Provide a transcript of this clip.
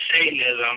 Satanism